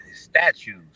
statues